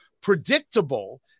predictable